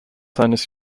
seines